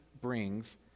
brings